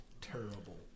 terrible